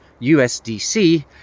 USDC